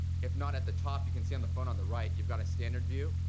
if not at the top, you can see on the phone on the right, you've got a standard view,